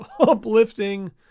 uplifting